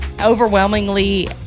overwhelmingly